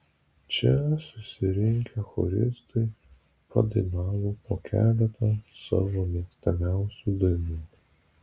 čia susirinkę choristai padainavo po keletą savo mėgstamiausių dainų